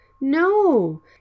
No